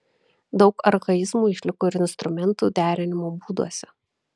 daug archaizmų išliko ir instrumentų derinimo būduose